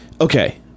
Okay